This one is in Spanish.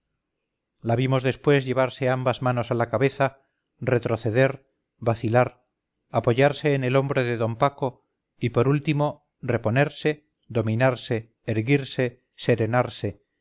la vimos después llevarse ambas manos a la cabeza retroceder vacilar apoyarse en el hombro de d paco y por último reponerse dominarse erguirse serenarse